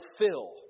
fulfill